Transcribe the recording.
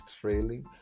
trailing